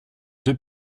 deux